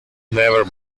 never